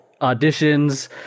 auditions